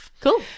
Cool